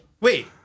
Wait